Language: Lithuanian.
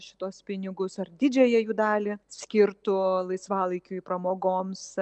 šituos pinigus ar didžiąją jų dalį skirtų laisvalaikiui pramogoms